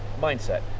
mindset